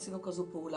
עשינו כזו פעולה.